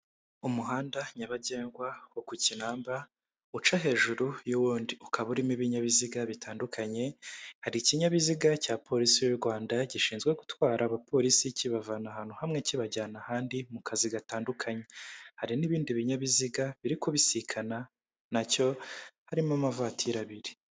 Umuhanda nyabagendwa wo ku kinamba uca hejuru y'uwundi, ukaba urimo ibinyabiziga bitandukanye, hari ikinyabiziga cya porisi y'u Rwanda, gishinzwe gutwara abaporisi kibavana ahantu hamwe kibajyana ahandi mu kazi gatandukanye. Hari n'ibindi binyabiziga biri kubisikana nacyo, harimo amavatiri abiri.